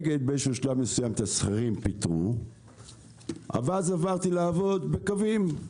בשלב מסוים באגד פיטרו את השכירים ואז עברתי לעבוד בקווים.